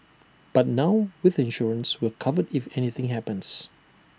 but now with insurance we are covered if anything happens